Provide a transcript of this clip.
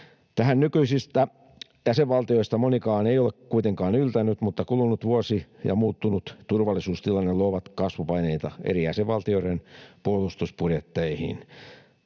nykyisistä jäsenvaltioista monikaan ei ole kuitenkaan yltänyt, mutta kulunut vuosi ja muuttunut turvallisuustilanne luovat kasvupaineita eri jäsenvaltioiden puolustusbudjetteihin.